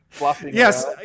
Yes